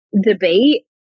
debate